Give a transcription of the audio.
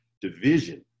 division